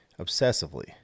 obsessively